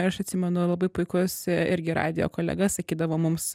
aš atsimenu labai puikus irgi radijo kolega sakydavo mums